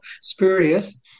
spurious